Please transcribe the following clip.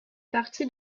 partie